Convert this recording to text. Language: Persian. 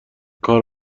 کار